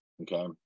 okay